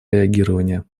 реагирования